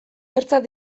ertzak